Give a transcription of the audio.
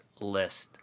list